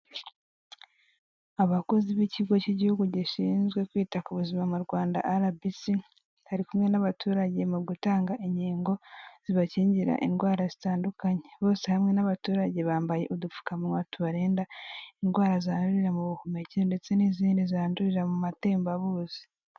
Abakozi b'ikigo cy'igihugu gishinzwe kwita ku buzima mu rwanda arabisi, bari kumwe n'abaturage mu gutanga inkingo, zibakingira indwara zitandukanye, bose hamwe n'abaturage bambaye udupfukamuwa tubarinda, indwara zandurira mu buhumekero, ndetse n'izindi zandurira mu matembabuzi.